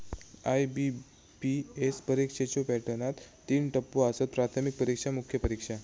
IBPS परीक्षेच्यो पॅटर्नात तीन टप्पो आसत, प्राथमिक परीक्षा, मुख्य परीक्षा